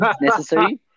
necessary